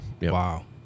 Wow